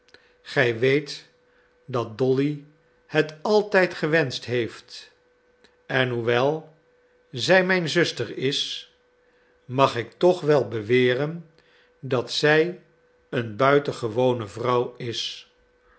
gij weet dat dolly het altijd gewenscht heeft en hoewel zij mijn zuster is mag ik toch wel beweren dat zij een buitengewone vrouw is